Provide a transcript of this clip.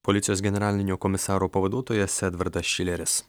policijos generalinio komisaro pavaduotojas edvardas šileris